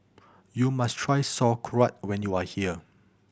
you must try Sauerkraut when you are here